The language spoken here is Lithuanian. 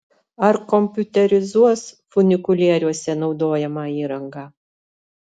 ar kompiuterizuos funikulieriuose naudojamą įrangą